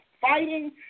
fighting